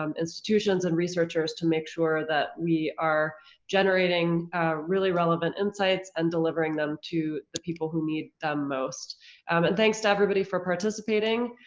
um institutions and researchers to make sure that we are generating a really relevant insights and delivering them to the people who need them most. um and thanks to everybody for participating.